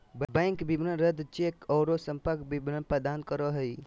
bank विवरण रद्द cheque औरो संपर्क विवरण प्रदान करो हइ